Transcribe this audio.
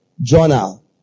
journal